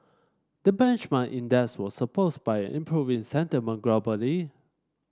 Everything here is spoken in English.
the benchmark index was supports by improving sentiment globally